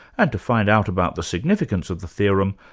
and to find out about the significance of the theorem,